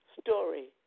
story